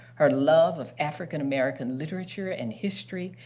her love of african-american literature and history,